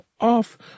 off